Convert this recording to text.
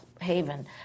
haven